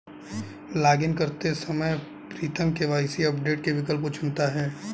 login करते ही Pritam KYC update के विकल्प को चुनता है